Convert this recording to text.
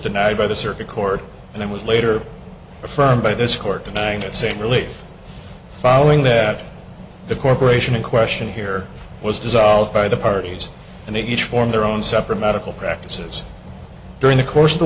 denied by the circuit court and then was later from by this court denying that same relief following that the corporation in question here was dissolved by the parties and each form their own separate medical practices during the course